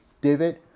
David